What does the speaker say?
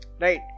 right